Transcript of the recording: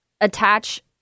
attach